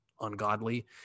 ungodly